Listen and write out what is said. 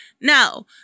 Now